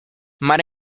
mar